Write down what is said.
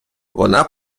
вона